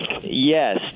yes